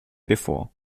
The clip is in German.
bevor